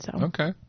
Okay